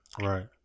Right